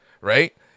right